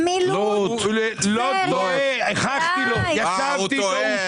לוד טועה, ישבתי איתו.